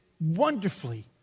wonderfully